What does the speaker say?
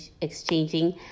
exchanging